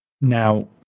Now